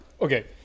Okay